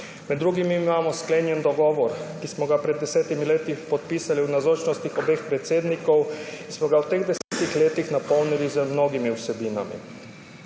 Med drugim imamo sklenjen dogovor, ki smo ga pred 10 leti podpisali v navzočnosti obeh predsednikov, v teh 10 letih smo ga napolnili z mnogimi vsebinami.